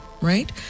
right